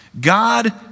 God